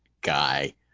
guy